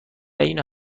اینو